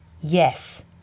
Yes